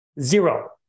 Zero